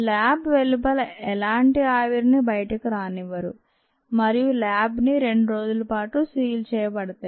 lab వెలుపల ఎలాంటి ఆవిరి ని బయటకు రానివ్వరు మరియు ల్యాబ్ ని రెండు రోజులపాటు సీల్ చేయబడతాయి